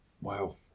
Wow